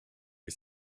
was